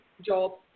job